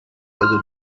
quello